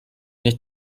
nicht